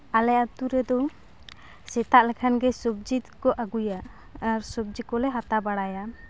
ᱟᱞᱮ ᱟᱹᱛᱩ ᱨᱮᱫᱚ ᱥᱮᱛᱟᱜ ᱞᱮᱱᱠᱷᱟᱱ ᱜᱮ ᱥᱚᱵᱡᱤ ᱫᱚᱠᱚ ᱟᱹᱜᱩᱭᱟ ᱟᱨ ᱥᱚᱵᱡᱤ ᱠᱚᱞᱮ ᱦᱟᱛᱟᱣ ᱵᱟᱲᱟᱭᱟ